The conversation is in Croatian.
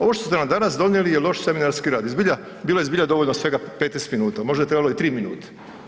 Ovo što ste nam danas donijeli je loš seminarski rad i zbilja bilo je zbilja dovoljno svega 15 minuta, možda je trebalo i 3 minute.